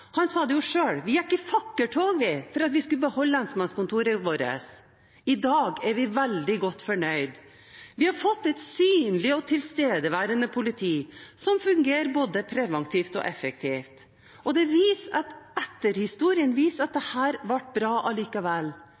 gikk i fakkeltog for å beholde lensmannskontoret sitt. I dag er de veldig godt fornøyd: «Vi har fått et synlig og tilstedeværende politi som fungerer både preventivt og effektivt.» Etterhistorien viser at